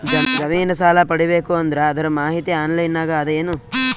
ಜಮಿನ ಸಾಲಾ ಪಡಿಬೇಕು ಅಂದ್ರ ಅದರ ಮಾಹಿತಿ ಆನ್ಲೈನ್ ನಾಗ ಅದ ಏನು?